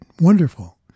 wonderful